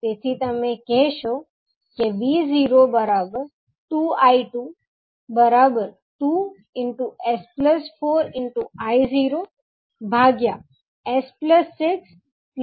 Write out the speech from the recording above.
તેથી તમે કહેશો કે 𝑉0 2𝐼2 2s 4I 0s